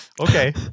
Okay